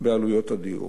בעלויות הדיור.